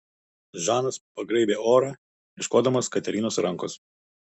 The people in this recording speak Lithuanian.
žanas pagraibė orą ieškodamas katerinos rankos